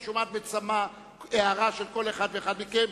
היא שומעת בצמא הערה של כל אחד ואחד מכם.